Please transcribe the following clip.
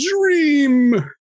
dream